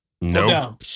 No